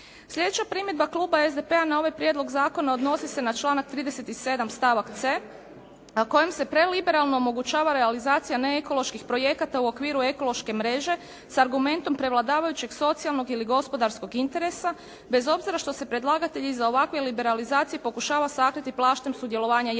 Sljedeća primjedba kluba SDP-a na ovaj prijedlog zakona odnosi se na članak 27. stavak c) a kojim se preliberalno omogućava realizacija neekoloških projekata u okviru ekološke mreže sa argumentom prevladavajućeg socijalnog ili gospodarskog interesa bez obzira što se predlagatelj iza ovakve liberalizacije pokušava sakriti plaštem sudjelovanja javnosti.